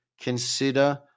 consider